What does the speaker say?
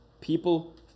People